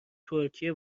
ترکیه